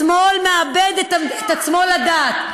השמאל מאבד את עצמו לדעת.